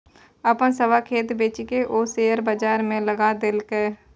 अपन सभ खेत बेचिकए ओ शेयर बजारमे लगा देलकै